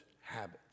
habits